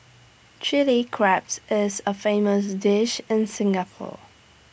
Chilli crabs is A famous dish in Singapore